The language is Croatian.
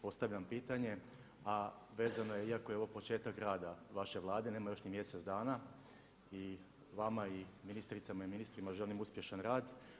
Postavljam pitanje, a vezano je iako je ovo početak rada vaše Vlade, nema još ni mjesec dana i vama i ministricama i ministrima želim uspješan rad.